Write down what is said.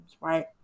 right